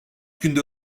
günde